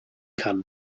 kann